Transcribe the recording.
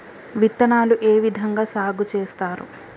విత్తనాలు ఏ విధంగా సాగు చేస్తారు?